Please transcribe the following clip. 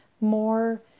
more